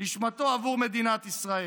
נשמתו עבור מדינת ישראל?